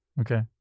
okay